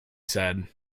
said